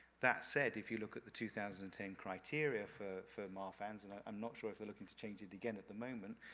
that said, if you look at the two thousand and ten criteria for for mafan's, and i'm not sure if they're looking to change it again at the moment,